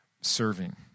serving